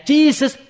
Jesus